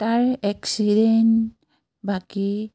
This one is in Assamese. তাৰ এক্সিডেণ্ট বাকী